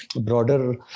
broader